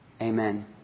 Amen